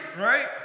right